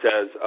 says